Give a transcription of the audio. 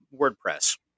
WordPress